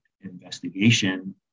investigation